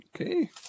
okay